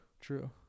True